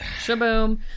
Shaboom